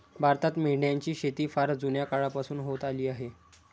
भारतात मेंढ्यांची शेती फार जुन्या काळापासून होत आली आहे